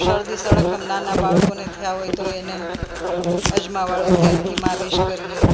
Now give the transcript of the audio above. શરદી સળીખમ નાના બાળકોને થયાં હોય તો એને અજમા વાળું તેલથી માલિશ કરીએ